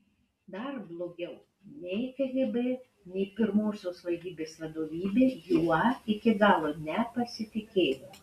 dar blogiau nei kgb nei pirmosios valdybos vadovybė juo iki galo nepasitikėjo